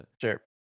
Sure